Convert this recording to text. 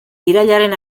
irailaren